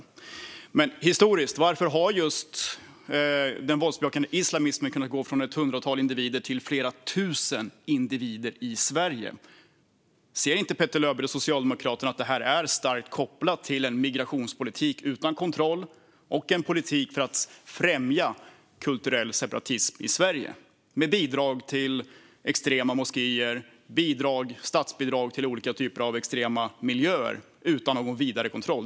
Men om vi ser på det historiskt - varför har just den våldsbejakande islamismen kunnat gå från ett hundratal individer till flera tusen individer i Sverige? Ser inte Petter Löberg och Socialdemokraterna att det här är starkt kopplat till en migrationspolitik utan kontroll och en politik för att främja kulturell separatism i Sverige med bidrag till extrema moskéer och statsbidrag till olika typer av extrema miljöer utan någon vidare kontroll?